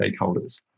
stakeholders